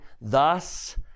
thus